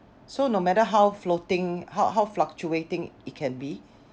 so no matter how floating how how fluctuating it can be